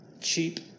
Cheap